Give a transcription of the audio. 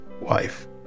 wife